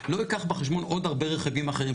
לא ייקח בחשבון עוד הרבה רכיבים אחרים,